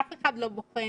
אף אחד לא בוחן,